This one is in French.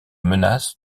menace